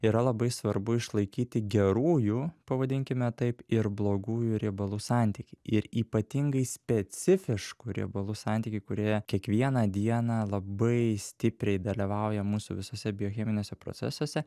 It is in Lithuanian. yra labai svarbu išlaikyti gerųjų pavadinkime taip ir blogųjų riebalų santykį ir ypatingai specifiškų riebalų santykį kurie kiekvieną dieną labai stipriai dalyvauja mūsų visuose biocheminiuose procesuose